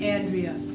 Andrea